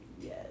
Yes